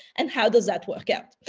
and how does that work out?